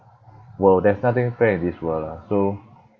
world there's nothing fair in this world lah so